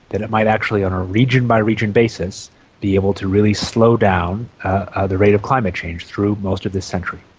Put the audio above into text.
that it might actually on a region-by-region basis be able to really slow down the rate of climate change through most of this century.